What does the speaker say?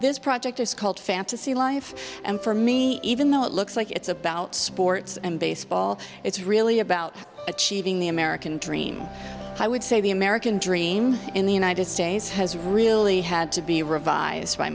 this project is called fantasy life and for me even though it looks like it's about sports and baseball it's really about achieving the american dream i would say the american dream in the united states has really had to be revived by